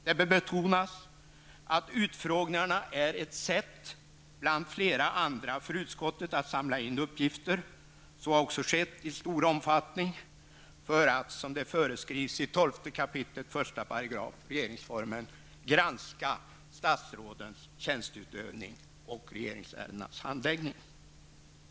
Det bör betonas att utfrågningarna är ett sätt -- bland flera andra för utskottet -- att samla in uppgifter. Så har också skett i stor omfattning för att, som det föreskrivs i 12 kap. 1 § regeringsformen, granska statsrådens tjänsteutövning och regeringsärendenas handläggning.